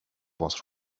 was